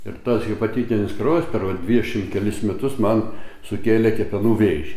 ir tas hepatitinis kraujas per va dvidešim kelis metus man sukėlė kepenų vėžį